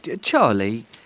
Charlie